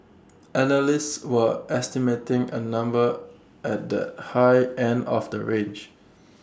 analysts were estimating A number at the high end of the range